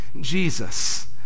Jesus